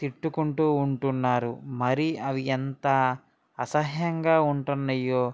తిట్టుకుంటూ ఉంటున్నారు మరీ అవి ఎంత అసహ్యంగా ఉంటున్నాయో